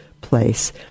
place